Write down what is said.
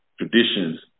traditions